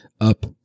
up